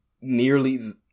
nearly